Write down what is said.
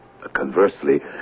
Conversely